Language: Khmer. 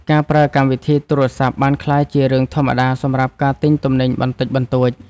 ការប្រើកម្មវិធីទូរសព្ទ បានក្លាយជារឿងធម្មតាសម្រាប់ការទិញទំនិញបន្តិចបន្តួច។